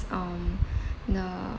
um the